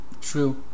True